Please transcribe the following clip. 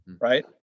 right